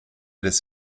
des